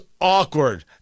awkward